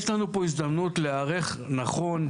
יש לנו פה הזדמנות להיערך נכון,